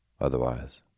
Otherwise